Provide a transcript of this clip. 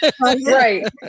right